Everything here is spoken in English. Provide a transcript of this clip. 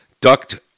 Duct